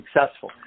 successful